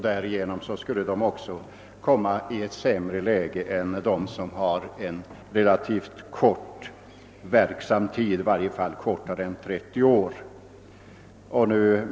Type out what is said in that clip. Därigenom skulle dessa komma i ett sämre läge än de som har en relativt kort verksam tid, i varje fall kortare än 30 år.